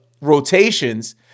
rotations